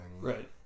Right